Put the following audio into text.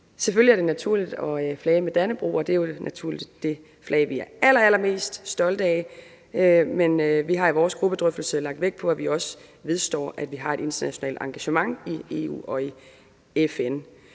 Selvfølgelig er det naturligt at flage med Dannebrog, og det er jo naturligt det flag, vi er allerallermest stolte af. Men vi har i vores gruppedrøftelse lagt vægt på, at vi også vedstår, at vi har et internationalt engagement i EU og i FN.